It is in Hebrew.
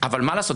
אבל מה לעשות,